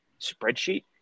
spreadsheet